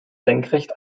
senkrecht